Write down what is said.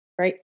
right